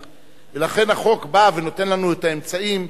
ולכן החוק בא ונותן לנו את האמצעים,